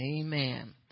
Amen